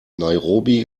nairobi